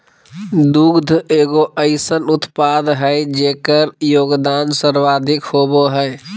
दुग्ध एगो अइसन उत्पाद हइ जेकर योगदान सर्वाधिक होबो हइ